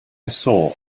saw